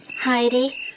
heidi